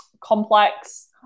complex